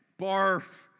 Barf